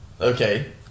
Okay